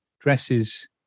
dresses